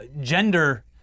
gender